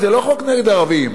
זה לא חוק נגד ערבים.